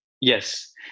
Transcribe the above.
yes